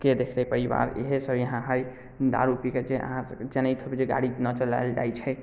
के देखतै परिवार इहे सभ इहाँ हय दारू पी कऽ जे अहाँ सभ जनैत हेबै जे गाड़ी नहि चलायल जाइत छै